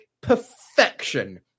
perfection